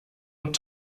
und